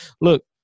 look